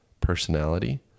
personality